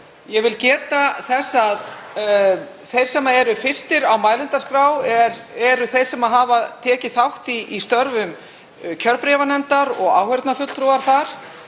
Ég vil geta þess að þeir sem eru fyrstir á mælendaskrá eru þeir sem hafa tekið þátt í störfum kjörbréfanefndar og áheyrnarfulltrúar þar